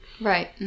Right